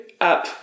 up